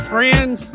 Friends